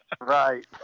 Right